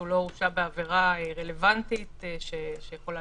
שהוא לא הורשע בעבירה רלוונטית שיכולה